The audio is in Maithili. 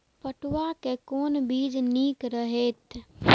पटुआ के कोन बीज निक रहैत?